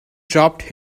dropped